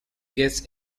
guests